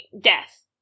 death